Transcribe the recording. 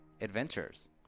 adventures